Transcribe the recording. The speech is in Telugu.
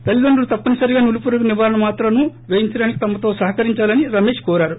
తల్లితండ్రులు తప్పనిసరిగా నులిపురుగుల నివారణ మత్రాలను వేయించడానికి తమతో సహకరించాలని కోరారు